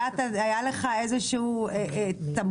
היה לך איזה שהוא תמריץ,